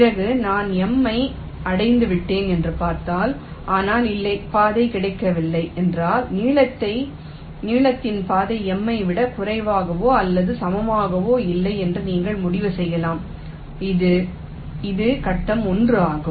பிறகு நான் M ஐ அடைந்துவிட்டேன் என்று பார்த்தால் ஆனால் இன்னும் பாதை கிடைக்கவில்லை என்றால் நீளத்தின் பாதை M ஐ விட குறைவாகவோ அல்லது சமமாகவோ இல்லை என்று நீங்கள் முடிவு செய்யலாம் இது இது கட்டம் 1 ஆகும்